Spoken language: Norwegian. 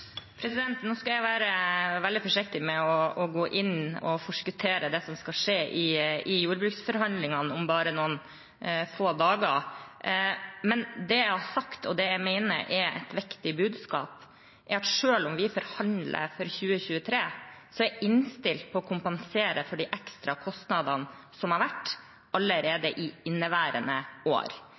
Nå skal jeg være veldig forsiktig med å gå inn og forskuttere det som skal skje i jordbruksforhandlingene om bare noen få dager. Det jeg har sagt, og det jeg mener er et viktig budskap, er at selv om vi forhandler for 2023, er jeg innstilt på å kompensere for de ekstra kostnadene som har vært, allerede i inneværende år.